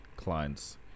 clients